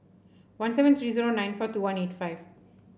one seven three zero nine four two one eight five